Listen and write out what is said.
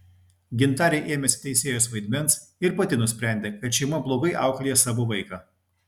gintarė ėmėsi teisėjos vaidmens ir pati nusprendė kad šeima blogai auklėja savo vaiką